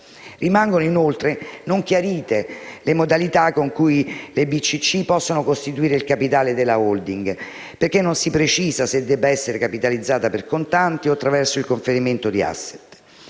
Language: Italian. Rimangono ancora non chiare le modalità con cui le BCC possono costituire il capitale della *holding* perché non si precisa se debba essere capitalizzata per contanti o attraverso il conferimento di *asset*.